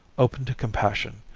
open to compassion,